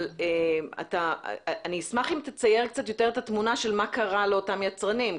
אני אשמח אם תצייר קצת יותר את התמונה מה קרה לאותם יצרנים.